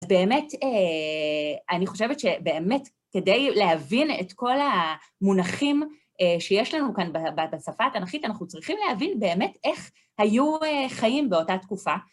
באמת, אני חושבת שבאמת כדי להבין את כל המונחים שיש לנו כאן בשפה התנכית, אנחנו צריכים להבין באמת איך היו חיים באותה תקופה.